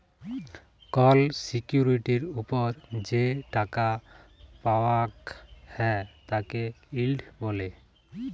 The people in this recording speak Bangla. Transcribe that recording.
কল সিকিউরিটির ওপর যে টাকা পাওয়াক হ্যয় তাকে ইল্ড ব্যলে